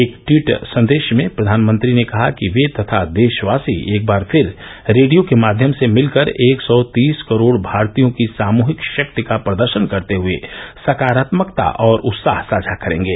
एक ट्वीट संदेश में प्रधानमंत्री ने कहा कि वे तथा देशवासी एक बार फिर रेडियो के माध्यम से मिलकर एक सौ तीस करोड़ भारतीयों की सामूहिक शक्ति का प्रदर्शन करते हुए सकारात्मकता और उत्साह साझा करेंगे